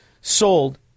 sold